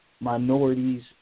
minorities